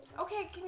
Okay